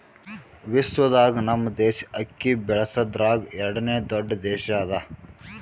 ವಿಶ್ವದಾಗ್ ನಮ್ ದೇಶ ಅಕ್ಕಿ ಬೆಳಸದ್ರಾಗ್ ಎರಡನೇ ದೊಡ್ಡ ದೇಶ ಅದಾ